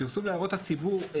פרסום להערות הציבור,